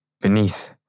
Beneath